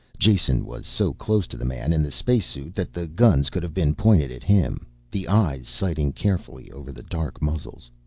jason was so close to the man in the spacesuit that the guns could have been pointed at him, the eyes sighting carefully over the dark muzzles.